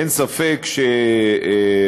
אין ספק שמאבק